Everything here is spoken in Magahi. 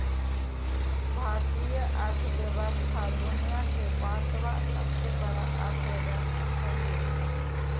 भारतीय अर्थव्यवस्था दुनिया के पाँचवा सबसे बड़ा अर्थव्यवस्था हय